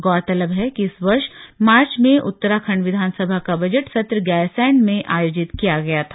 गौरतलब है कि इस वर्ष मार्च में उत्तराखंड विधानसभा का बजट सत्र गैरसैंण में आयोजित किया गया था